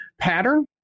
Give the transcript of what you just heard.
pattern